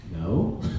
No